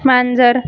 मांजर